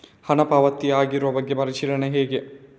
ಹಣ ಪಾವತಿ ಆಗಿರುವ ಬಗ್ಗೆ ಪರಿಶೀಲನೆ ಹೇಗೆ?